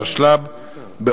התשל"ב 1972,